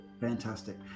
Fantastic